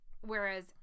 Whereas